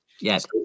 Yes